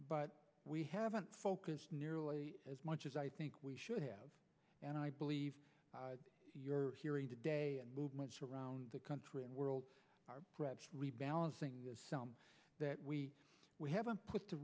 but we haven't focused nearly as much as i think we should have and i believe you're hearing today and movements around the country and world rebalancing that some that we we haven't put the